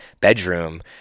bedroom